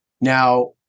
Now